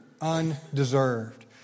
undeserved